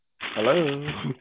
Hello